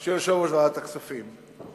של יושב-ראש ועדת הכספים.